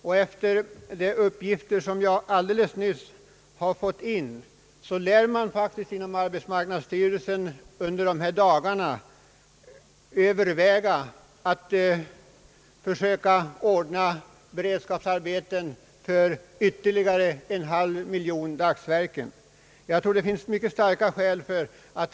Enligt uppgifter som jag nyss har fått lär faktiskt arbetsmarknadsstyrelsen i dessa dagar överväga att försöka ordna beredskapsarbeten motsvarande ytterligare en halv miljon dagsverken och kommer alltså att behöva ytterligare medel från riksdagen.